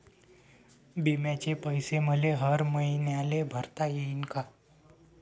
बिम्याचे पैसे मले हर मईन्याले भरता येईन का?